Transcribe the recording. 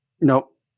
Nope